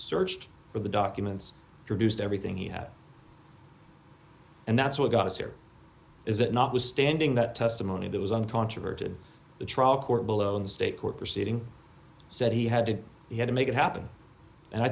searched for the documents produced everything he had and that's what got us here is that notwithstanding that testimony that was uncontroverted the trial court below in the state court proceeding said he had to he had to make it happen and i